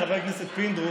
חבר הכנסת פינדרוס,